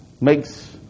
makes